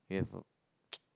we have a